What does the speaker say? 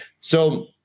So-